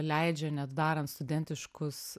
leidžia net darant studentiškus